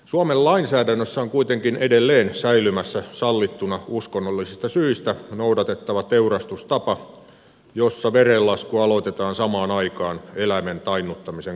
suomen lainsäädännössä on kuitenkin edelleen säilymässä sallittuna uskonnollisista syistä noudatettava teurastustapa jossa verenlasku aloitetaan samaan aikaan eläimen tainnuttamisen kanssa